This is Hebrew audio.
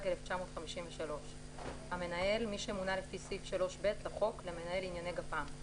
התשי"ג-1953; "המנהל" מי שמונה לפי סעיף 3(ב) לחוק למנהל לענייני גפ"מ,